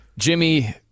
jimmy